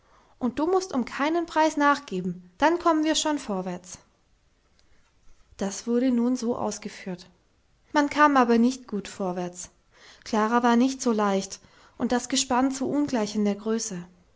und du mußt um keinen preis nachgeben dann kommen wir schon vorwärts das wurde nun so ausgeführt man kam aber nicht gut vorwärts klara war nicht so leicht und das gespann zu ungleich in der größe